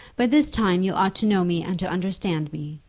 by this time you ought to know me and to understand me.